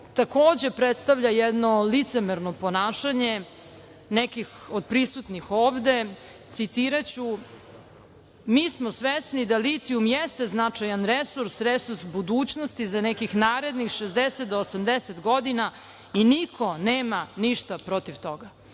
takođe predstavlja jedno licemerno ponašanje nekih od prisutnih ovde, citiraću, mi smo svesni da litijum jeste značajan resurs, resurs budućnosti za nekih 60 do 80 godina i niko nema ništa protiv toga.